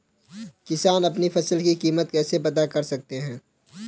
किसान अपनी फसल की कीमत कैसे पता कर सकते हैं?